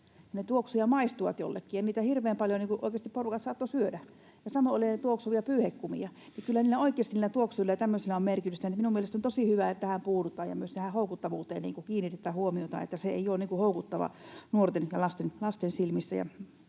tuoksuivat ja maistuvat jollekin, ja niitä hirveän paljon oikeasti porukat saattoivat syödä, ja samoin oli tuoksuvia pyyhekumeja, niin kyllä oikeasti niillä tuoksuilla ja tämmöisillä on merkitystä. Minun mielestäni on tosi hyvä, että tähän puututaan ja että myös tähän houkuttavuuteen kiinnitetään huomiota, ettei se olisi houkuttava nuorten ja lasten silmissä.